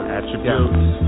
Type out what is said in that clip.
Attributes